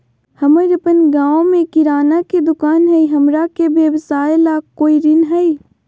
हमर अपन गांव में किराना के दुकान हई, हमरा के व्यवसाय ला कोई ऋण हई?